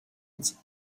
its